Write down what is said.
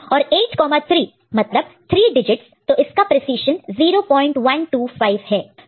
और 8 3 मतलब 3 डिजिटस तो इसका प्रीसिज़न 0125 है